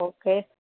okay